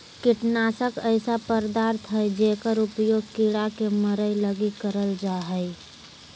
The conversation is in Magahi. कीटनाशक ऐसे पदार्थ हइंय जेकर उपयोग कीड़ा के मरैय लगी करल जा हइ